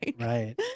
right